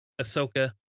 Ahsoka